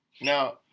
Now